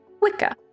Wicca